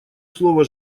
слово